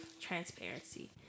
transparency